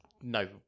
no